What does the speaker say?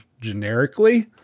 generically